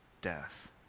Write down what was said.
death